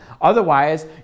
Otherwise